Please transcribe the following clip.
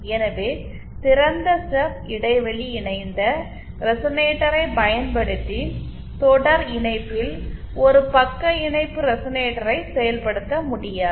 எனவே திறந்த ஸ்டப் இடைவெளி இணைந்த ரெசனேட்டரைப் பயன்படுத்தி தொடர் இணைப்பில் ஒரு பக்க இணைப்பு ரெசனேட்டரை செயல்படுத்த முடியாது